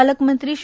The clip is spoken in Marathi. पालकमंत्री श्री